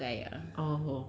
girl or boy